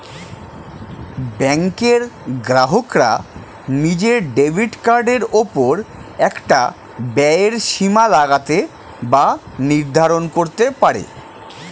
ব্যাঙ্কের গ্রাহকরা নিজের ডেবিট কার্ডের ওপর একটা ব্যয়ের সীমা লাগাতে বা নির্ধারণ করতে পারে